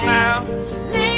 now